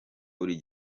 buri